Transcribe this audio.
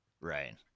Right